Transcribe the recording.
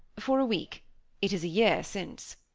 for a week it is a year since.